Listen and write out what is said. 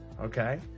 Okay